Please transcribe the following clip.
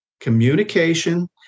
communication